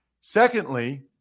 Secondly